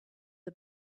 are